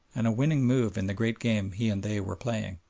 and a winning move in the great game he and they were playing.